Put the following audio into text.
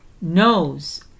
knows